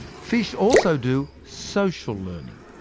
fish also do social learning,